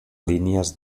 línies